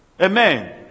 Amen